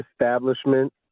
establishment